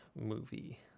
movie